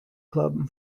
club